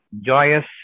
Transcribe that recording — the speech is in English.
joyous